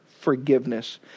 forgiveness